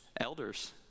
elders